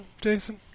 Jason